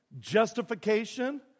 justification